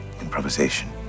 improvisation